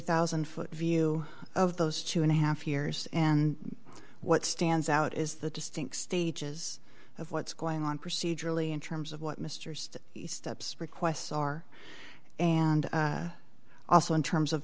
thousand foot view of those two and a half years and what stands out is the distinct stages of what's going on procedurally in terms of what mr sed the steps requests are and also in terms of